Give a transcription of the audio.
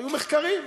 היו מחקרים.